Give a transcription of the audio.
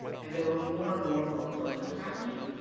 and there were more and more foreclosures happening,